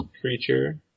creature